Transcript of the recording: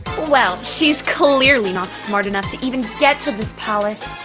well, she's clearly not smart enough to even get to this palace.